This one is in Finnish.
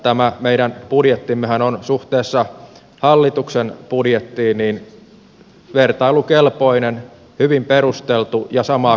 tämä meidän budjettimmehan on suhteessa hallituksen budjettiin vertailukelpoinen hyvin perusteltu ja samaa kokoluokkaa oleva